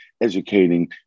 educating